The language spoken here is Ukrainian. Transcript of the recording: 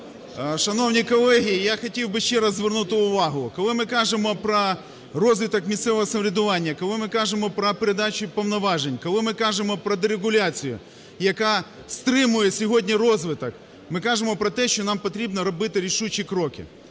Шановні колеги, я хотів би ще раз звернути увагу: коли ми кажемо про розвиток місцевого самоврядування, коли ми кажемо про передачу повноважень, коли ми кажемо про дерегуляцію, яка стримує сьогодні розвиток, ми кажемо про те, що нам потрібно робити рішучі кроки.